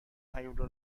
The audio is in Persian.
هیولا